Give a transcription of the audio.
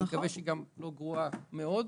אני מקווה שגם לא גרועה מאוד.